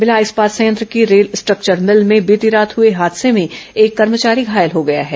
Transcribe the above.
भिलाई इस्पात संयंत्र की रेल स्ट्रक्वर मिल में बीती रात हुए हादसे में एक कर्मचारी घायल हो गया है